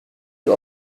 you